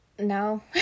No